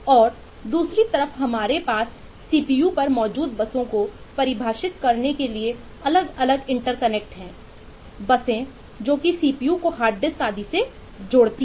और दूसरी तरफ हमारे पास सीपीयू को हार्ड डिस्क आदि सेजोड़ती हैं